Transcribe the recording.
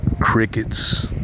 crickets